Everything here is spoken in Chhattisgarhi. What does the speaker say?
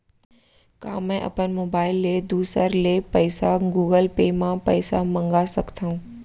का मैं अपन मोबाइल ले दूसर ले पइसा गूगल पे म पइसा मंगा सकथव?